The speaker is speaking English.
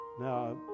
Now